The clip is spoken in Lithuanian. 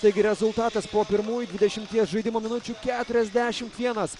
taigi rezultatas po pirmųjų dvidešimies žaidimo minučių keturiasdešim vienas